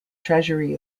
treasury